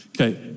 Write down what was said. Okay